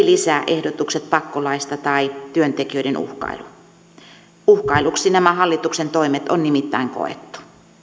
lisää ehdotukset pakkolaista tai työntekijöiden uhkailu uhkailuksi nämä hallituksen toimet on nimittäin koettu